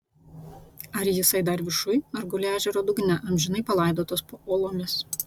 ar jisai dar viršuj ar guli ežero dugne amžinai palaidotas po uolomis